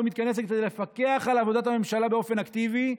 מתכנסת כדי לפקח על עבודת הממשלה באופן אקטיבי,